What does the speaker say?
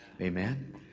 Amen